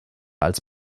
als